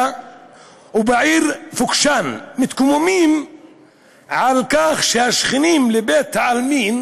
ובעיר פוקשאן מתקוממים על כך שהשכנים של בית-העלמין